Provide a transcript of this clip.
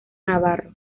navarro